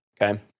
okay